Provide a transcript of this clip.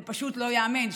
זה פשוט לא ייאמן.